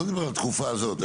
אני לא מדבר על התקופה הזאת.